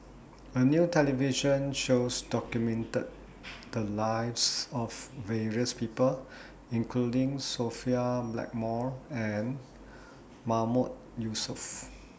A New television shows documented The Lives of various People including Sophia Blackmore and Mahmood Yusof